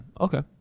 okay